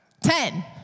Ten